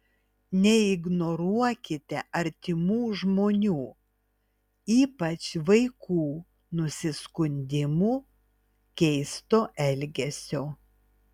neignoruokite artimų žmonių ypač vaikų nusiskundimų keisto elgesio